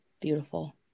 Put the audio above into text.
Beautiful